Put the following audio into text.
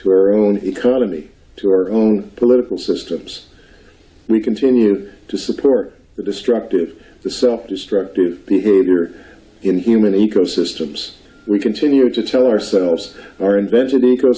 to our own economy to our own political systems we continue to support the destructive the self destructive behavior in human ecosystems we continue to tell ourselves our invention e